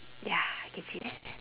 ya I can see that